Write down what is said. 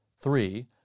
Three